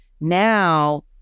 Now